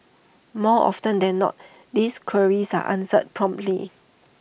more often than not these queries are answered promptly